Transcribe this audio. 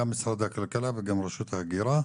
גם משרד הכלכלה וגם רשות ההגירה,